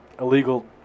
illegal